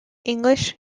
english